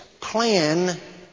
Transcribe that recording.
plan